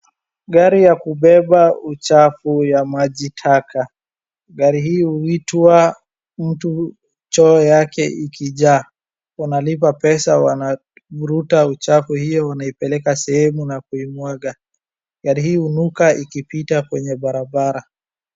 Gari ya kubeba uchafu ya maji taka, gari hii huitwa mtu choo yake ikijaa, wanalipa pesa wanavuruta uchafu hiyo wanaipeleka sehemu na kuimwaga. Gari hii hunuka ikipita kwenye barabara.